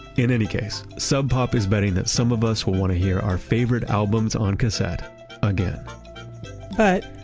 in any case, sub pop is betting that some of us will want to hear our favorite albums on cassette again but,